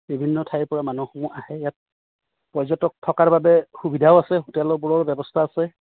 বিভিন্ন ঠাইৰ পৰা মানুহসমূহ আহে ইয়াত পৰ্যটক থকাৰ বাবে সুবিধাও আছে হোটেলবোৰৰ ব্যৱস্থা আছে